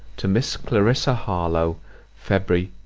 to miss clarissa harlowe feb.